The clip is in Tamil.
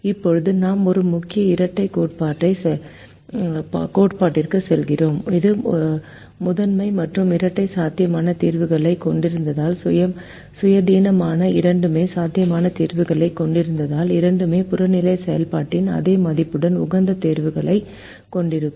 இப்போது நாம் ஒரு முக்கிய இரட்டைக் கோட்பாட்டிற்குச் செல்கிறோம் இது முதன்மை மற்றும் இரட்டை சாத்தியமான தீர்வுகளைக் கொண்டிருந்தால் சுயாதீனமாக இரண்டுமே சாத்தியமான தீர்வுகளைக் கொண்டிருந்தால் இரண்டுமே புறநிலை செயல்பாட்டின் அதே மதிப்புடன் உகந்த தீர்வுகளைக் கொண்டிருக்கும்